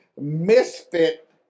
misfit